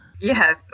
Yes